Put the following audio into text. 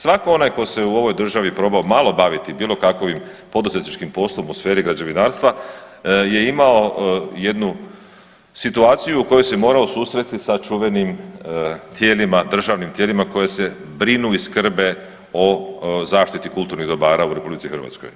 Svatko onaj tko se u ovoj državi probao malo baviti bilo kakovim poduzetničkim poslom u sferi građevinarstva je imao jednu situaciju u kojoj se morao susresti sa čuvenim tijelima, državnim tijelima koji se brinu i skrbe o zaštiti kulturnih dobara u RH.